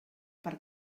per